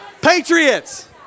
Patriots